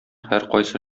һәркайсы